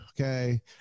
Okay